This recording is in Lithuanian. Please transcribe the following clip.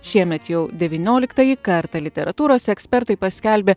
šiemet jau devynioliktąjį kartą literatūros ekspertai paskelbė